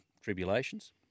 tribulations